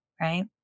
right